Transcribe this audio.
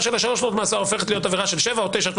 של שלוש שנות מאסר הופכת להיות עבירה של שבע או תשע שנות